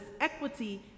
equity